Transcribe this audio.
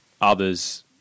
others